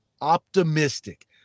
Optimistic